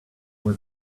was